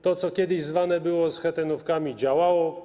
To, co kiedyś zwane było schetynówkami, działało.